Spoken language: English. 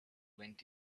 went